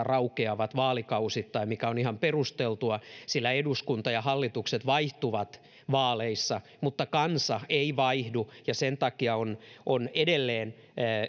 raukeavat vaalikausittain mikä on ihan perusteltua sillä eduskunta ja hallitukset vaihtuvat vaaleissa mutta kansa ei vaihdu ja sen takia on on edelleen